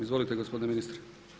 Izvolite gospodine ministre.